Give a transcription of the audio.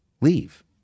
leave